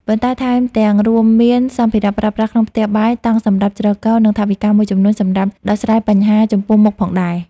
ប៉ុន្តែថែមទាំងរួមមានសម្ភារៈប្រើប្រាស់ក្នុងផ្ទះបាយ តង់សម្រាប់ជ្រកកោន និងថវិកាមួយចំនួនសម្រាប់ដោះស្រាយបញ្ហាចំពោះមុខផងដែរ។